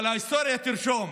אבל ההיסטוריה תרשום: